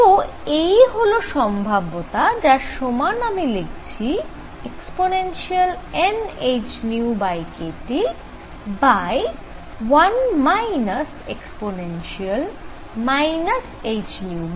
তো এই হল সম্ভাব্যতা যার সমান আমি লিখছি e nhνkT1 e hνkT